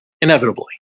inevitably